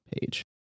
page